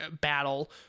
battle